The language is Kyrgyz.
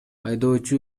айдоочу